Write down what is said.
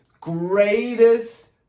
Greatest